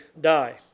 die